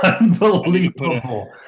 Unbelievable